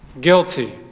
guilty